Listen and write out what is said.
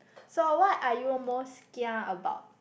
so what are you most kia about